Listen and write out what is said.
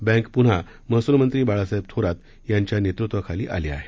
bank पुन्हा महसूल मंत्री बाळासाहेब थोरात यांच्या नेतृत्वाखाली आली आहे